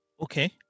Okay